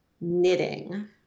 Knitting